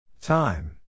Time